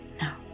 No